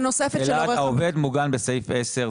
העובד מוגן בסעיף 10,